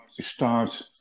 start